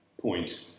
point